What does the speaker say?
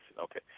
okay